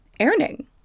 earning